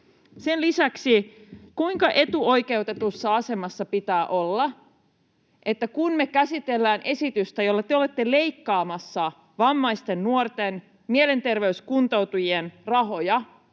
Sen lisäksi: kuinka etuoikeutetussa asemassa pitää olla, että kun me käsitellään esitystä, jolla te olette leikkaamassa vammaisten nuorten, mielenterveyskuntoutujien rahoja